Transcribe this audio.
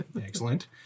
Excellent